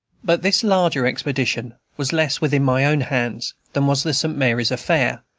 but this larger expedition was less within my own hands than was the st. mary's affair,